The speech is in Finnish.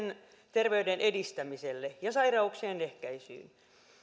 terveyden edistämiselle ja sairauksien ehkäisylle